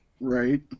Right